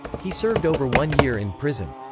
he served over one year in prison.